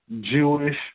Jewish